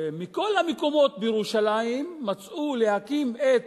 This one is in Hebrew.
מכל המקומות בירושלים מצאו להקים את